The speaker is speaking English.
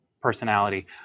personality